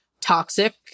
toxic